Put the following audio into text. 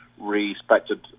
respected